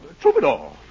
troubadour